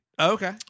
Okay